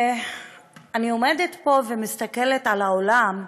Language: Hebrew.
אני עומדת פה ומסתכלת על האולם,